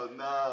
no